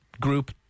group